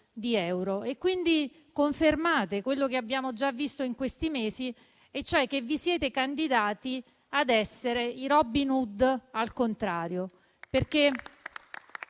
di euro. Confermate quello che abbiamo già visto in questi mesi, cioè che vi siete candidati ad essere i Robin Hood al contrario.